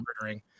murdering